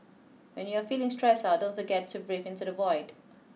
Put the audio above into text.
when you are feeling stressed out don't forget to breathe into the void